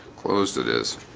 closed it is